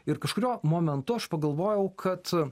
ir kažkuriuo momentu aš pagalvojau kad